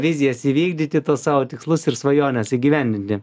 vizijas įvykdyti tuos savo tikslus ir svajones įgyvendinti